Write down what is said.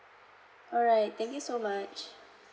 alright thank you so much